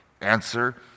Answer